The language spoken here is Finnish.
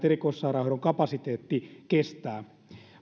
erikoissairaanhoidon kapasiteetti kestää